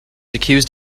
accused